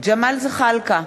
ג'מאל זחאלקה,